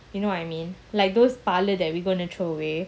you know what I mean like those பாலு:palu that we are going to throw away